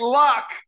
luck